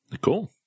Cool